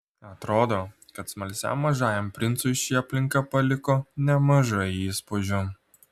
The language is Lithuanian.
atrodo kad smalsiam mažajam princui ši aplinka paliko nemažai įspūdžių